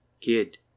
Kid